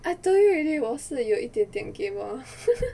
I told you already 我是有一点点 gamer